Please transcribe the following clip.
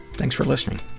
thanks for listening.